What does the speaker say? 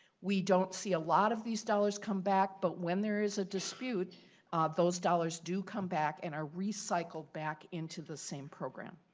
we don't see a lot of these dollars come back but when there is a dispute those dollars to come back and are recycled back into the same program.